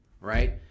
right